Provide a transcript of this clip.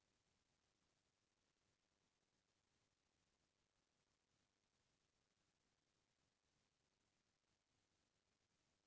गाड़ी के first party बीमा करवाब म दूसर संग गाड़ी ह ठोंका गे अइसन म मुवाजा दुनो ल मिलथे